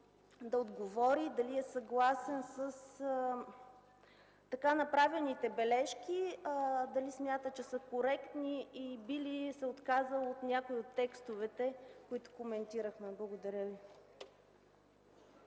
да отговори дали е съгласен с така направените бележки, дали смята, че са коректни и би ли се отказал от някои от текстовете, които коментирахме? Благодаря Ви.